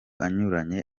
anyuranye